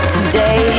Today